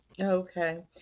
Okay